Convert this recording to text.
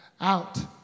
out